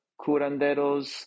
curanderos